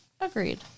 Agreed